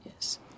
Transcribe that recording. Yes